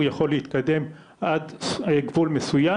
הוא יכול להתקדם עד גבול מסוים,